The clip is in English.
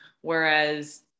Whereas